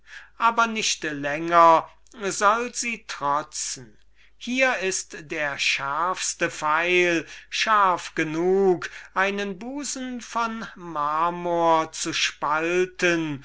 aber nicht länger soll sie trotzen hier ist der schärfste pfeil scharf genug einen busen von marmor zu spalten